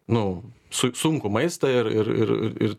nu su sunkų maistą ir ir